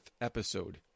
episode